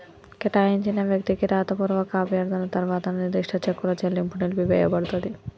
కేటాయించిన వ్యక్తికి రాతపూర్వక అభ్యర్థన తర్వాత నిర్దిష్ట చెక్కుల చెల్లింపు నిలిపివేయపడతది